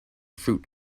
fruit